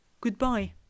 goodbye